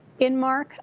Inmark